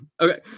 Okay